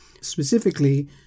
specifically